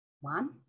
one